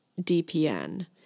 DPN